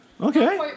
Okay